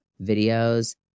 videos